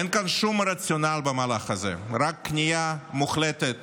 אין כאן שום רציונל במהלך הזה, רק כניעה מוחלטת